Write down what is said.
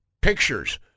pictures